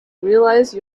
realize